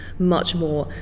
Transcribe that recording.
much more